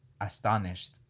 astonished